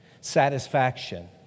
Satisfaction